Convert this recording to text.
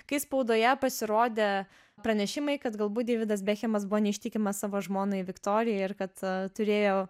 kai spaudoje pasirodė pranešimai kad galbūt deividas bekhemas buvo neištikimas savo žmonai viktorijai ir kad turėjo